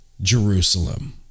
Jerusalem